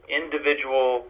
individual